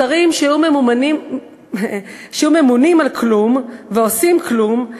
שרים שהיו ממונים על כלום ועושים כלום,